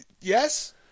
Yes